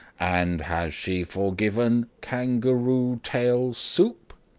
and has she forgiven kangaroo-tail soup?